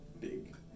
big